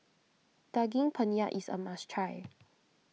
Daging Penyet is a must try